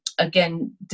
again